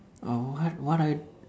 oh what what are